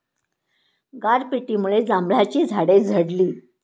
गारपिटीमुळे जांभळाची झाडे झडली